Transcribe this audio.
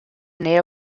nähe